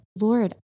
Lord